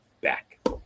back